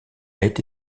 été